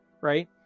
right